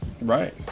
right